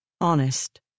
honest